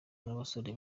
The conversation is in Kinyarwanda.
n’abasore